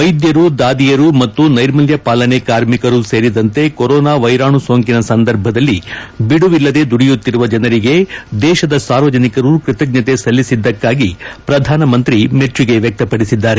ವೈದ್ಯರು ದಾದಿಯರು ಮತ್ತು ನೈರ್ಮಲ್ಯ ಪಾಲನೆ ಕಾರ್ಮಿಕರೂ ಸೇರಿದಂತೆ ಕೊರೋನಾ ವೈರಾಣು ಸೋಂಕಿನ ಸಂದರ್ಭದಲ್ಲಿ ಬಿಡುವಿಲ್ಲದೆ ದುಡಿಯುತ್ತಿರುವ ಜನರಿಗೆ ದೇಶದ ಸಾರ್ವಜನಿಕರು ತಮ್ಮ ಕೃತಜ್ಞತೆ ಸಲ್ಲಿಸಿದ್ದಕ್ಕಾಗಿ ಪ್ರಧಾನಮಂತ್ರಿ ಮೆಚ್ಚಿಗೆ ವ್ಯಕ್ತಪಡಿಸಿದ್ದಾರೆ